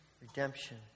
redemption